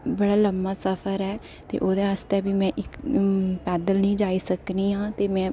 ते बड़ा लम्मां सफर ऐ ते ओह्दे आस्तै बी में इक पैदल नेईं जाई सकनी आं ते मैं